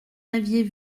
aviez